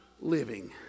living